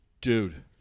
Dude